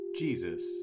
Jesus